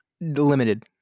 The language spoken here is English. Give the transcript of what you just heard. Limited